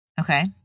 Okay